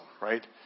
right